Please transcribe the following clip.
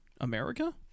America